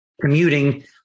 commuting